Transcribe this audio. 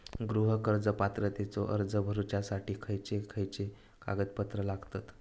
गृह कर्ज पात्रतेचो अर्ज भरुच्यासाठी खयचे खयचे कागदपत्र लागतत?